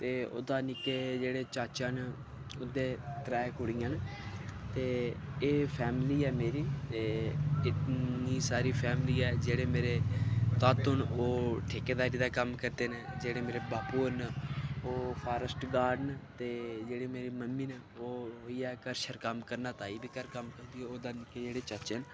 ते ओह्दा निक्के जेह्ड़े चाचे न उं'दे त्रैऽ कुड़ियां न ते एह् फैमिली ऐ मेरी इ'न्नी सारी फैमिली ऐ ते जेह्ड़े मेरे तातो न ओह् ठेकेदार न दा कम्म करदे न जेह्ड़े मेरे बापू होर न ओह् फॉरेस्ट गार्ड न ते जेह्ड़ी मेरी मम्मी न ओह् घर च कम्म करदियां ते मेरी ताई बी घर कम्म करदियां ते ओह्दा अग्गें जेह्ड़े चाचे न